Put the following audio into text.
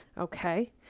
okay